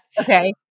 Okay